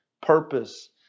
purpose